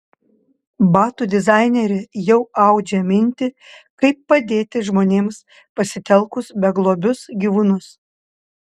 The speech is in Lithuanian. batų dizainerė jau audžia mintį kaip padėti žmonėms pasitelkus beglobius gyvūnus